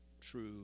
true